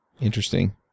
Interesting